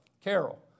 Carol